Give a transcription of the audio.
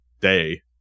day